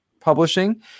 publishing